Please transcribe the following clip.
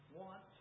want